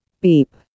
Beep